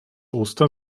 ostern